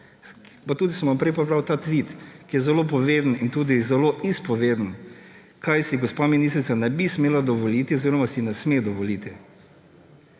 tudi sem vam prej prebral ta tvit, ki je zelo poveden in tudi zelo izpoveden, česa si gospa ministrica ne bi smela dovoliti oziroma si ne sme dovoliti.